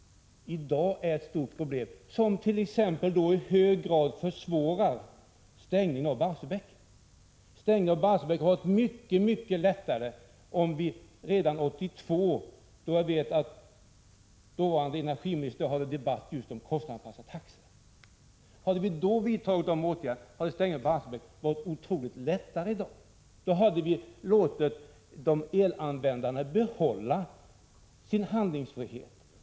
1986/87:15 är ett stort problem, som t.ex. i hög grad försvårar stängningen av 23 oktober 1986 Barsebäck. Det hade i dag varit otroligt mycket lättare att stänga Barsebäck om vi redan 1982, då jag vet att dåvarande energiministern förde en debatt just om att kostnadsanpassa taxorna, hade vidtagit sådana åtgärder. Då hade vi låtit elanvändarna behålla sin handlingsfrihet.